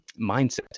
mindset